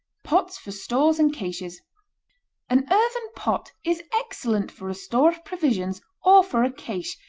pots for stores and caches an earthen pot is excellent for a store of provisions or for a cache,